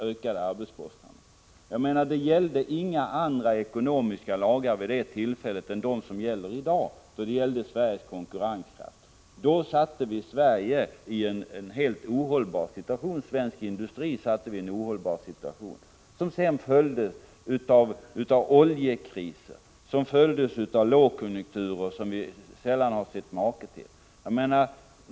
Vid de tillfällena gällde inga andra ekonomiska lagar än de som gäller i dag i fråga om Sveriges konkurrenskraft. Då satte vi svensk industri i en helt ohållbar situation, som sedan följdes av oljekriser och lågkonjunkturer som vi sällan sett maken till.